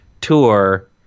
tour